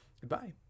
Goodbye